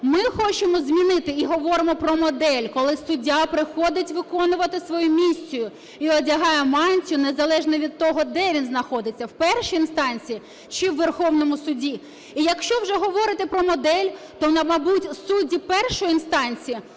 Ми хочемо змінити і говоримо про модель, коли суддя приходить виконувати свою місію і одягає мантію, незалежно від того, де він знаходиться: в першій інстанції чи в Верховному Суді. І якщо вже говорите про модель, то мабуть судді першої інстанції